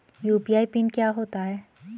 UPI PIN क्या होता है?